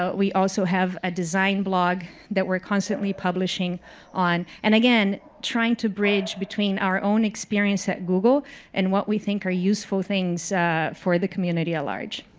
ah we also have a design blog that we're constantly publishing on. and again, trying to bridge between our own experience at google and what we think are useful things for the community at-large.